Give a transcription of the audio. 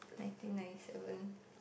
nineteen ninety seven